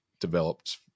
developed